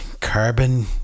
carbon